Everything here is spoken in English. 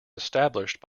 established